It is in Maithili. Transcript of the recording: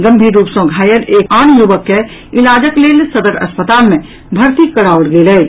गम्भीर रूप सँ घायल एक आन युवक के इलाजक लेल सदर अस्पताल मे भर्ती कराओल गेल अछि